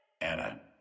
Anna